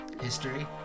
history